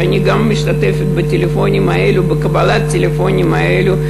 וגם אני משתתפת בקבלת הטלפונים האלה.